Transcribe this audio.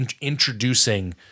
introducing